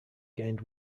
gained